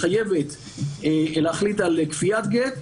מחייבת להחליט על כפיית גט,